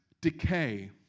decay